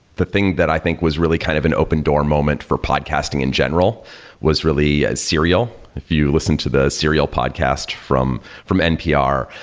the thing that i think was really kind of an open door moment for podcasting in general was really serial, if you listen to the serial podcast from from npr.